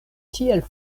tiel